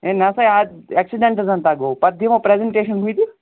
ہے نَسا ہے ایٚکسیٖڈنٛٹ زَن سا گو پَتہِ دیٖوَ پرٛیٚزنٹیشَن ہُتہِ